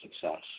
success